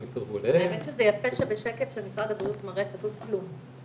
האמת שזה יפה שבשקף שמשרד הבריאות מראה כתוב 'כלום',